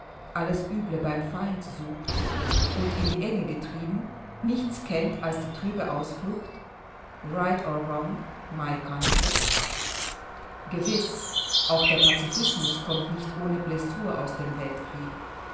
alles üble beim feind sucht und in die enge getrieben nichts kennt als die trübe ausflucht right or wrong my country gewiß auch der pazifismus kommt nicht ohne blessur aus dem weltkrieg